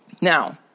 Now